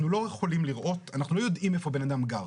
אנחנו לא יודעים איפה אדם גר.